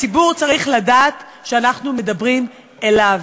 הציבור צריך לדעת שאנחנו מדברים אליו.